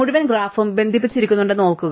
മുഴുവൻ ഗ്രാഫും ബന്ധിപ്പിച്ചിട്ടുണ്ടെന്ന് ഓർക്കുക